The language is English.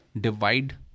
divide